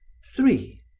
three.